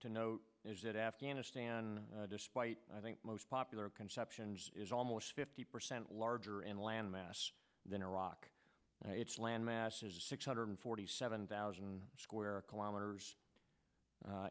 to note is that afghanistan despite i think most popular conceptions is almost fifty percent larger in land mass than iraq it's landmass is a six hundred forty seven thousand square kilometers